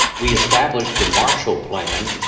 we established the marshall plan,